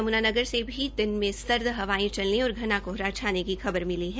यमुनानगर से भी दिन में सर्द हवायें चलने और घना कोहरा छाने की खबर मिली है